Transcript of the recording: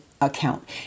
account